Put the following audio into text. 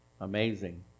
Amazing